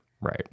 right